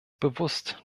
bewusst